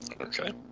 Okay